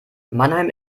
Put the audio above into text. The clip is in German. mannheim